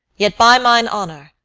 yet, by mine honour,